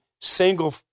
single